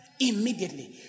Immediately